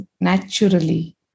naturally